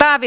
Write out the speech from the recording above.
ääni